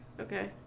Okay